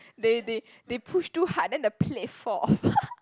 they they they push too hard then the plate fall off